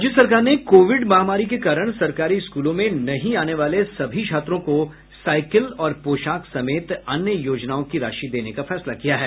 राज्य सरकार ने कोविड महामारी के कारण सरकारी स्कूलों में नहीं आने वाले सभी छात्रों को साईकिल और पोशाक समेत अन्य योजनाओं की राशि देने का फैसला किया है